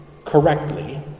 correctly